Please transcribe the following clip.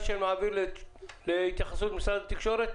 שאני מעביר להתייחסות משרד התקשורת?